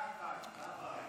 כּפיים.